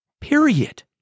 period